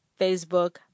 Facebook